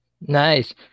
Nice